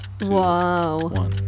whoa